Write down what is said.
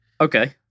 Okay